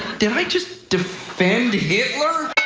did i just defend hitler?